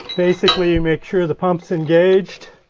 basically you make sure the pumps engaged,